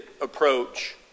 approach